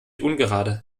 ungerade